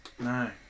No